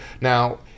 Now